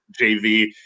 jv